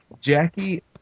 Jackie